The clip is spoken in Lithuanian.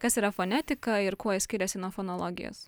kas yra fonetika ir kuo ji skiriasi nuo fonologijos